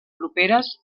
properes